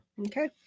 Okay